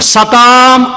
Satam